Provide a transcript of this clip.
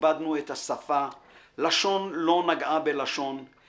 איבדנו את השפה/ לשון לא נגעה בלשון/